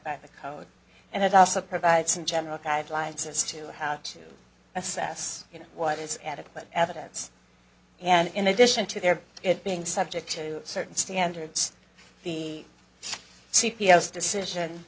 about the code and it also provides some general guidelines as to how to assess you know what is adequate evidence and in addition to their it being subject to certain standards the c p s decision